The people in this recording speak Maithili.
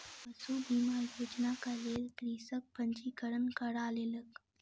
पशु बीमा योजनाक लेल कृषक पंजीकरण करा लेलक